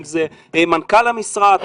אם זה מנכ"ל המשרד.